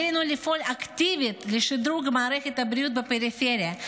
עלינו לפעול אקטיבית לשדרוג מערכות הבריאות בפריפריה,